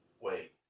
Wait